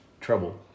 trouble